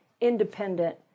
independent